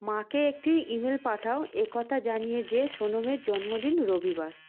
মাকে একটি ইমেল পাঠাও একথা জানিয়ে যে সোনমের জন্মদিন রবিবার